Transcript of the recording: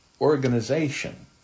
organization